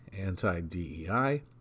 anti-DEI